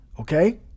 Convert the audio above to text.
Okay